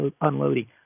unloading